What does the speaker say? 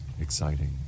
exciting